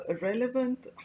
relevant